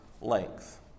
length